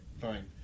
Fine